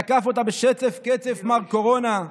תקף אותה בשצף קצף מר קורונה,